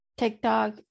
tiktok